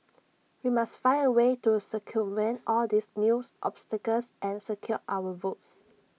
we must find A way to circumvent all these news obstacles and secure our votes